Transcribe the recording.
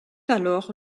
alors